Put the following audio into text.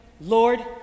Lord